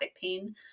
pain